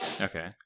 Okay